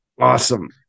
Awesome